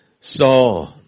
saw